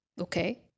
Okay